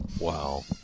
Wow